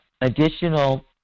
additional